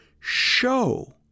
show